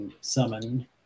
Summon